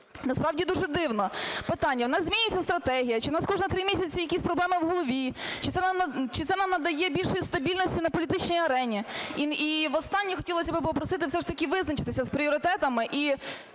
насправді дуже дивна. Питання: у нас змінюється стратегія, чи у нас кожні 3 місяці якісь проблеми в голові, чи це нам надає більшої стабільності на політичній арені? І востаннє хотілось би попросити все ж таки визначитися з пріоритетами.